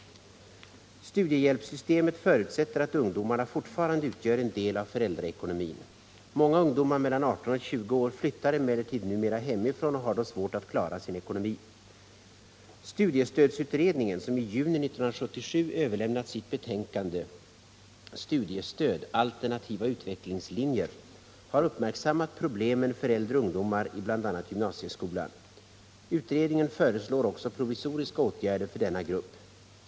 Studiehjälpssystemet förutsätter att ungdomarna fortfarande utgör en del av föräldraekonomin. Många ungdomar mellan 18 och 20 år flyttar emellertid numera hemifrån och har då svårt att klara sin ekonomi. Studiestödsutredningen, som i juni 1977 överlämnat sitt betänkande Studiestöd — alternativa utvecklingslinjer , har uppmärksammat problemen för äldre ungdomar i bl.a. gymnasieskolan. Utredningen föreslår också provisoriska åtgärder för denna grupp.